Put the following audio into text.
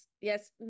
Yes